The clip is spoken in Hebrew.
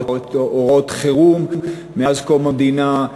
הוראות חירום מאז קום המדינה,